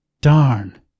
Darn